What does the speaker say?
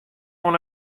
oan